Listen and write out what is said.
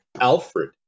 Alfred